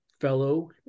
fellow